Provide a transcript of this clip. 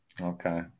Okay